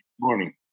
morning